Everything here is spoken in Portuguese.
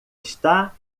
está